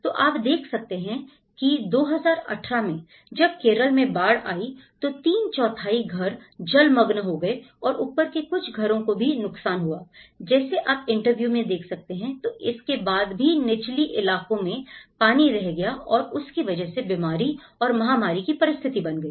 तो आप देख सकते हैं की 2018 में जब केरल में बाढ़ आई तो तीन चौथाई घर जलमग्न हो गए और ऊपर के कुछ घरों को भी नुकसान हुआ जैसे आप इंटरव्यू में देख सकते हैं तो इसके बाद भी निचली इलाकों में पानी रह गया और उसकी वजह से बीमारी और महामारी की परिस्थिति बन गई